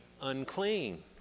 unclean